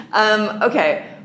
Okay